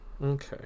Okay